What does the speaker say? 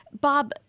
Bob